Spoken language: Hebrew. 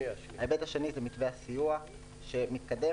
ההיבט השני הוא מתווה הסיוע שמתקדם.